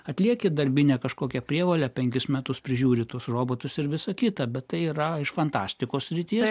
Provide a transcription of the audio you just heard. atlieki darbinę kažkokią prievolę penkis metus prižiūri tuos robotus ir visa kita bet tai yra iš fantastikos srities